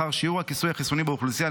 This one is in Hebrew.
אחר שיעור הכיסוי החיסוני באוכלוסייה,